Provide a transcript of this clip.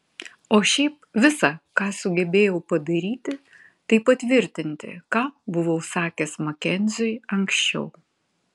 o šiaip visa ką sugebėjau padaryti tai patvirtinti ką buvau sakęs makenziui anksčiau